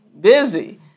busy